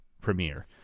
premiere